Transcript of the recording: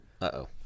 uh-oh